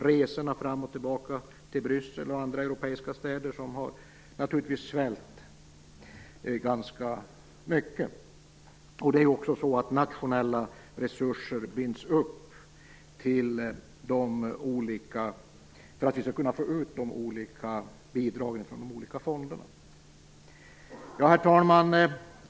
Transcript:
Resorna fram och tillbaka till Bryssel och andra europeiska städer har naturligtvis svällt ganska mycket. Nationella resurser binds upp för att vi skall kunna få ut bidrag från de olika fonderna. Herr talman!